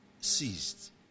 ceased